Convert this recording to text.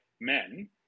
men